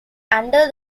under